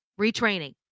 retraining